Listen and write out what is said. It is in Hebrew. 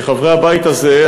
כחברי הבית הזה,